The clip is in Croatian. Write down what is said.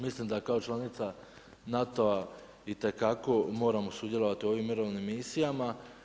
Mislim da kao članica NATO-a itekako moramo sudjelovati u ovim mirovnim misijama.